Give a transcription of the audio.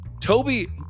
Toby